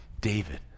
David